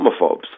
homophobes